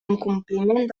incompliment